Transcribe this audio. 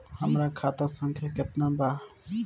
हमार खाता संख्या केतना बा?